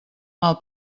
mal